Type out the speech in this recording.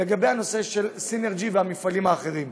לגבי הנושא של סינרג'י והמפעלים האחרים,